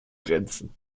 grenzen